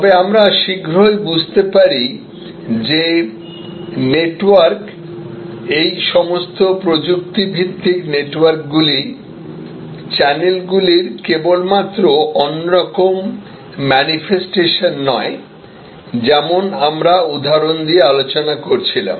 তবে আমরা শীঘ্রই বুঝতে পারি যে নেটওয়ার্ক এই সমস্ত প্রযুক্তি ভিত্তিক নেটওয়ার্কগুলি চ্যানেলগুলির কেবলমাত্র অন্যরকম মানিফস্টেশন নয় যেমন আমরা উদাহরণ দিয়ে আলোচনা করছিলাম